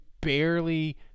barely